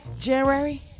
January